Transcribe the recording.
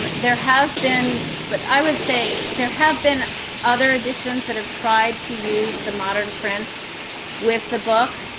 um there have been but i would say there have been other editions that have tried to use the modern prints with the book,